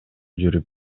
жүрүп